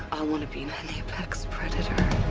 i want to be that predator.